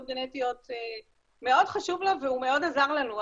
גנטיות מאוד חשוב לו והוא מאוד עזר לנו,